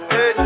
Hey